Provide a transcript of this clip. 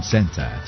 Center